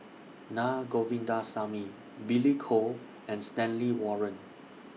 Na Govindasamy Billy Koh and Stanley Warren